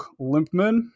Limpman